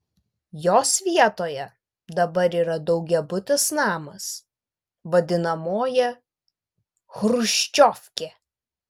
jos vietoje dabar yra daugiabutis namas vadinamoji chruščiovkė